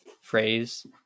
phrase